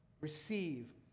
receive